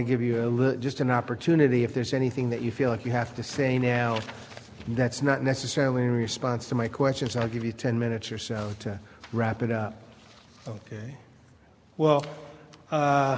to give you just an opportunity if there's anything that you feel like you have to say now that's not necessarily in response to my questions i'll give you ten minutes or so to wrap it up ok well